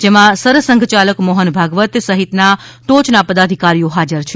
જેમાં સરસંઘયાલક મોહન ભાગવત સહિતના ટોચના પદાધિકારીઓ હાજર છે